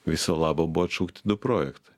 viso labo buvo atšaukti du projektai